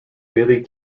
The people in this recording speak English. billy